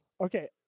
okay